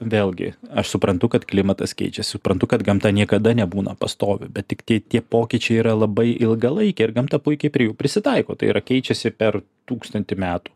vėlgi aš suprantu kad klimatas keičiasi suprantu kad gamta niekada nebūna pastovi bet tik tai tie pokyčiai yra labai ilgalaikiai ir gamta puikiai prie jų prisitaiko tai yra keičiasi per tūkstantį metų